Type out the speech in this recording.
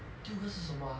第五个是什么 ah